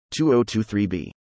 2023b